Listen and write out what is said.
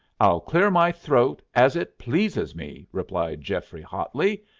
i'll clear my throat as it pleases me, replied geoffrey hotly.